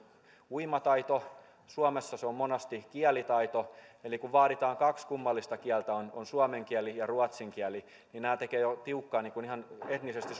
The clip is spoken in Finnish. uimataito suomessa se on monasti kielitaito kun vaaditaan kaksi kummallista kieltä on on suomen kieli ja ruotsin kieli niin nämä tekevät jo tiukkaa ihan etnisesti